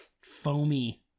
foamy